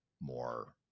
more